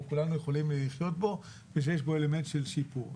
כולנו יכולים לחיות בו ושיש פה אלמנט של שיפור.